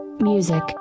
music